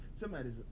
somebody's